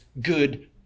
good